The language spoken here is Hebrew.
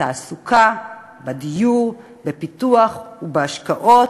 בתעסוקה, בדיור, בפיתוח, בהשקעות,